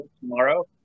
Tomorrow